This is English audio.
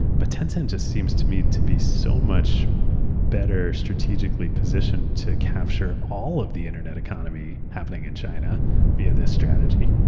but tencent just seems to me to be so much better strategically positioned to capture all of the internet economy happening in china via their strategy.